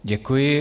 Děkuji.